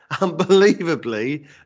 unbelievably